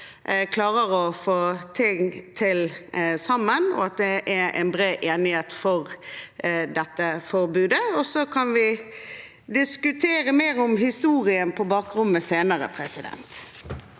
klarer å få til ting sammen, og at det er en bred enighet for dette forbudet, så kan vi diskutere historien mer på bakrommet senere. Turid